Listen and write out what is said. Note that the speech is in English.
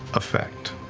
effect.